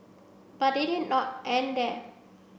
but it did not end there